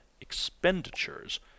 expenditures